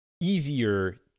easier